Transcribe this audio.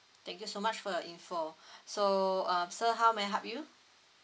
thank you so much for your info so um sir how may I help you